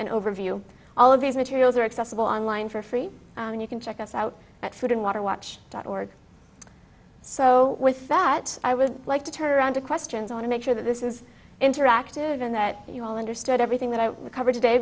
and overview all of these materials are accessible online for free and you can check us out at food and water watch dot org so with that i would like to turn around to questions i want to make sure that this is interactive and that you all understood everything that i cover